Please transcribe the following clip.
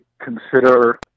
consider